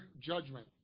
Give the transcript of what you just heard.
judgment